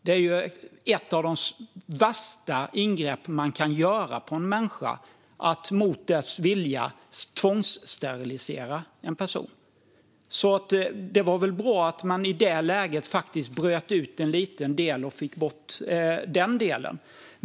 Det är ju ett av de värsta ingrepp man kan göra på en människa - att sterilisera en person mot dennes vilja. Det var alltså bra att man i det läget faktiskt bröt ut en liten del och fick bort den.